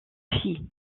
fille